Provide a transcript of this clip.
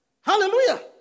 Hallelujah